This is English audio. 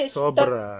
sobra